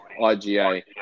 IGA